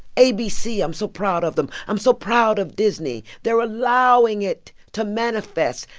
abc i'm so proud of them. i'm so proud of disney. they're allowing it to manifest,